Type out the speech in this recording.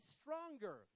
stronger